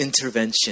intervention